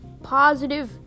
positive